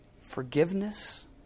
forgiveness